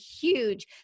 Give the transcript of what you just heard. huge